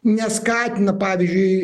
neskatina pavyzdžiui